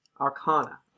Arcana